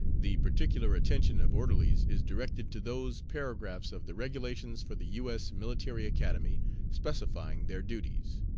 the particular attention of orderlies is directed to those paragraphs of the regulations for the u. s. military academy specifying their duties.